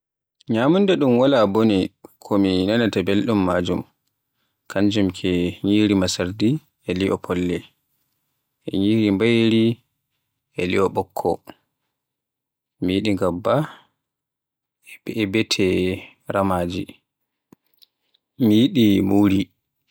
Ñyamunda ɗum wala bone ko mi nanaata belɗum maajun kanjum ke ñyiri masardi e li'o folle, e ñyiri mbayeri e li'o ɓokko, mi yiɗi ngabba e bete ramaaji, mi yiɗi muri.